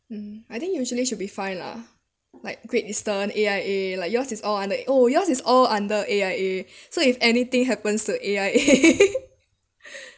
mm I think usually should be fine lah like great eastern A_I_A like yours is all under oh yours is all under A_I_A so if anything happens to A_I_A